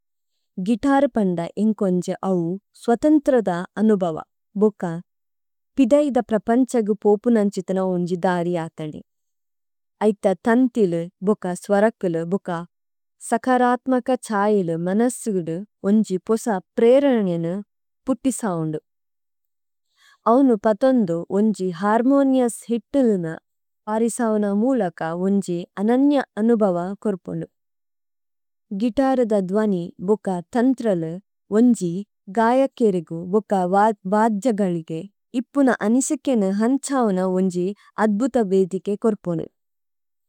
ഗിതര്പന്ദ ഏṅകോṅജേ അവു സ്വതന്ത്രദ അനുബവ, ബുക, പിദേഇദ പ്രപñഛഗു പോപു നñഛിതന ഉന്ജി ദരി അṭഹനു। ഐഥ ഥന്ഥിലു, ബുക, സ്വരകിലു, ബുക, സകരത്മക ഛൈലു മനസിഗിദു ഉന്ജി പോസ പ്രഏരനേ ന പുത്തി സൌന്ദു। ഔനു പതോന്ദു ഉന്ജി ഹര്മോനിയസ് ഹിതിലു ന പരിസൌന മുലക ഉന്ജി അനന്യ അനുബവ കോര്പുനു। ഗിതരദ ദ്വനി, ബുക, ഥന്ഥ്രലു, ഉന്ജി, ഗയകേരേഗു, ബുക, വദ്ജഗലുഗേ, ഇപുന അനിസികേന ഹന്ഛൌന ഉന്ജി അദ്ബുത വേദികേ കോര്പുനു।